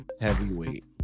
heavyweight